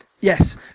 yes